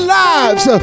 lives